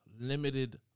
limited